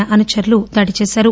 ఆయన అనుచరులు దాడి చేశారు